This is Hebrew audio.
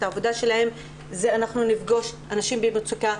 העבודה שלהן אנחנו נפגוש באנשים במצוקה,